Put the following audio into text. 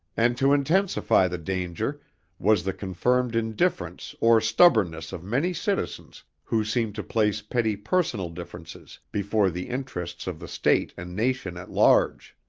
and to intensify the danger was the confirmed indifference or stubbornness of many citizens who seemed to place petty personal differences before the interests of the state and nation at large.